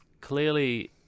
clearly